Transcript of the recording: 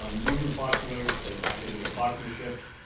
ah noodle partners, there's academic partnerships.